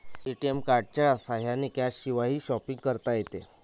ATM कार्डच्या साह्याने कॅशशिवायही शॉपिंग करता येते